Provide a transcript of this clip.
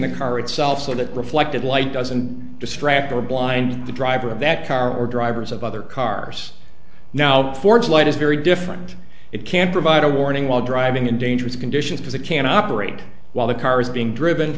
the car itself so that reflected light doesn't distract or blind the driver of that car or drivers of other cars now ford's light is very different it can provide a warning while driving in dangerous conditions because it can operate while the car is being driven